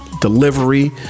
delivery